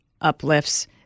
uplifts